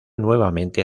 nuevamente